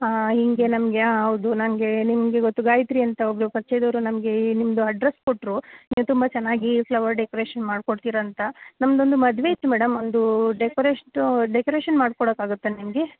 ಆಂ ಹೀಗೆ ನಮಗೆ ಹೌದು ನನಗೆ ನಿಮಗೆ ಗೊತ್ತು ಗಾಯತ್ರಿ ಅಂತ ಒಬ್ಬರು ಪರಿಚಯ್ದೊರು ನಮಗೆ ನಿಮ್ಮದು ಅಡ್ರೆಸ್ ಕೊಟ್ಟರು ನೀವು ತುಂಬ ಚೆನ್ನಾಗಿ ಫ್ಲವರ್ ಡೆಕೊರೇಷನ್ ಮಾಡ್ಕೊಡ್ತೀರಂತ ನಮ್ಮದೊಂದು ಮದುವೆ ಇತ್ತು ಮೇಡಮ್ ಒಂದು ಡೆಕೊರೇಸ್ಟೂ ಡೆಕೊರೇಷನ್ ಮಾಡ್ಕೊಡೋಕ್ಕಾಗತ್ತ ನಿಮಗೆ